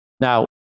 now